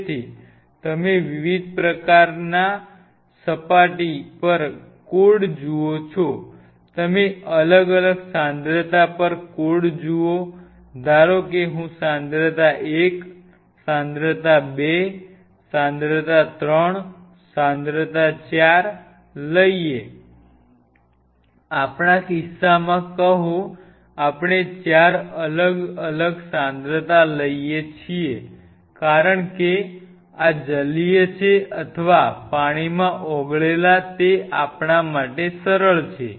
તેથી તમે વિવિધ સપાટી પર કોડ જુઓ છો તમે અલગ અલગ સાંદ્રતા પર કોડ જુઓ ધારો કે હું સાંદ્રતા 1 સાંદ્રતા 2 સાંદ્રતા 3 સાંદ્રતા 4 લઈએ આપણા કિસ્સામાં કહો આપણે 4 અલગ સાંદ્રતા લઈએ છીએ કારણ કે આ જલીય છે અથવા પાણીમાં ઓગળેલા તે આપણા માટે સરળ છે